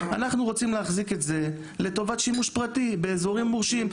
אנחנו רוצים להחזיק את זה לטובת שימוש פרטי באזורים מורשים.